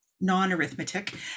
non-arithmetic